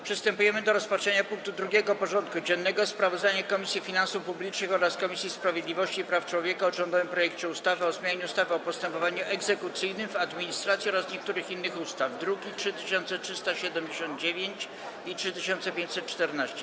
Przystępujemy do rozpatrzenia punktu 2. porządku dziennego: Sprawozdanie Komisji Finansów Publicznych oraz Komisji Sprawiedliwości i Praw Człowieka o rządowym projekcie ustawy o zmianie ustawy o postępowaniu egzekucyjnym w administracji oraz niektórych innych ustaw (druki nr 3379 i 3514)